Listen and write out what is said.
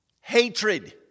Hatred